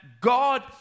God